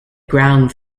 ground